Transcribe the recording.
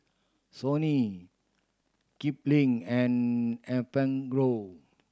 Sony Kipling and Enfagrow